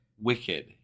wicked